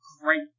great